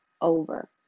over